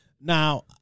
Now